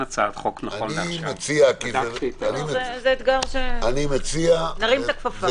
נרים את הכפפה.